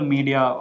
Media